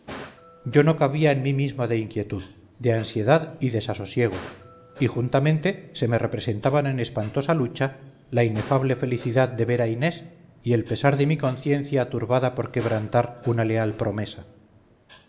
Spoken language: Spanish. yo no cabía en mi mismo de inquietud de ansiedad y desasosiego y juntamente se me representaban en espantosa lucha la inefable felicidad de ver a inés y el pesar de mi conciencia turbada por quebrantar una leal promesa